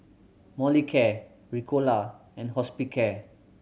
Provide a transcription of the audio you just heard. Molicare Ricola and Hospicare